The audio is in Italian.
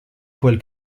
quel